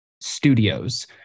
studios